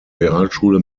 realschule